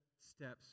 steps